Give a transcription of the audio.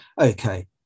okay